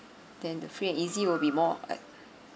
then the free and easy will be more like